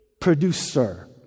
producer